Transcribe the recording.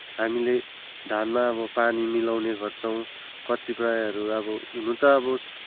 हामीले धानमा अब पानी मिलाउने गर्छौँ कति प्रायःहरू अब हुन त अब